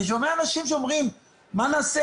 אני שומע אנשים שאומרים: מה נעשה?